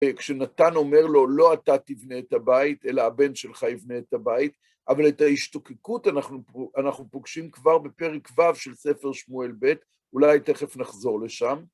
כשנתן אומר לו, לא אתה תבנה את הבית, אלא הבן שלך יבנה את הבית, אבל את ההשתוקקות אנחנו פוגשים כבר בפרק ו' של ספר שמואל ב', אולי תכף נחזור לשם.